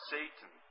Satan